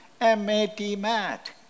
M-A-T-MAT